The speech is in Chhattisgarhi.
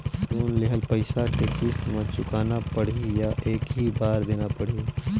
लोन लेहल पइसा के किस्त म चुकाना पढ़ही या एक ही बार देना पढ़ही?